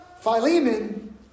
Philemon